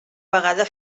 vegada